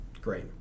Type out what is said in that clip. Great